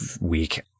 week